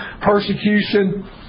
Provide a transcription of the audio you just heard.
persecution